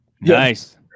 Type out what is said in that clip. Nice